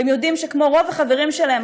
והם יודעים שכמו רוב החברים שלהם,